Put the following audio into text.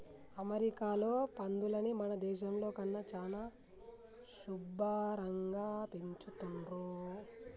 అమెరికాలో పందులని మన దేశంలో కన్నా చానా శుభ్భరంగా పెంచుతున్రు